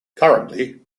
currently